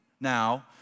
now